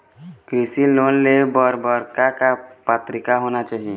कृषि लोन ले बर बर का का पात्रता होना चाही?